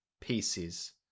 pieces